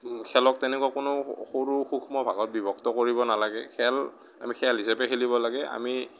খেলক তেনেকুৱা কোনো সৰু সূক্ষ্ম ভাগত বিভক্ত কৰিব নালাগে খেল আমি খেল হিচাপে খেলিব লাগে আমি